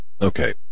okay